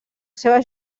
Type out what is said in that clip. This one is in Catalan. seva